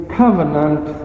covenant